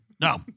No